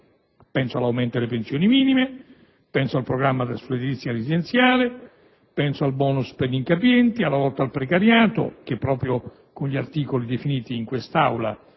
penso all'aumento delle pensioni minime, penso al programma per l'edilizia residenziale pubblica, penso al *bonus* per gli incapienti, alla lotta al precariato, che proprio con gli articoli definiti in quest'Aula